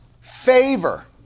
favor